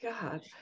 god